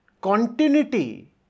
continuity